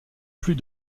plus